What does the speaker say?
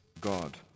God